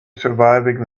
surviving